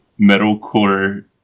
Metalcore